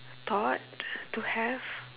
thought to have